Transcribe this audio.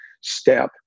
step